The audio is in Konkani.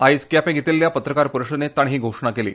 आयज केप्यां घेतिल्ल्या पत्रकार परिशदेंत तांणी ही घोशणा केली